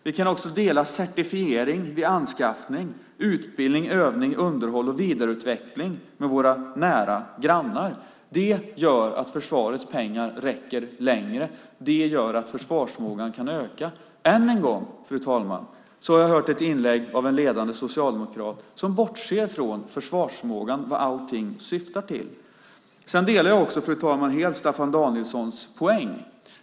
Vi kan också dela certifiering vid anskaffning, utbildning, övning, underhåll och vidareutveckling med våra nära grannar. Det gör att försvarets pengar räcker längre. Det gör att försvarsförmågan kan öka. Än en gång, fru talman, har jag hört ett inlägg av en ledande socialdemokrat som bortser från försvarsförmågan, vad allting syftar till. Sedan delar jag, fru talman, helt Staffan Danielssons poäng.